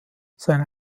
seine